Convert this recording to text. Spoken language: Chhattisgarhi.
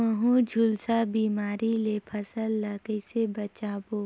महू, झुलसा बिमारी ले फसल ल कइसे बचाबो?